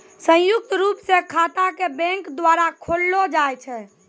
संयुक्त रूप स खाता क बैंक द्वारा खोललो जाय छै